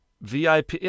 VIP